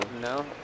No